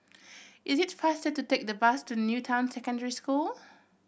it is faster to take the bus to New Town Secondary School